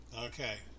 Okay